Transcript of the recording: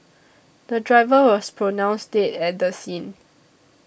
the driver was pronounced dead at the scene